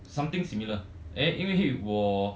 something similar eh 因为我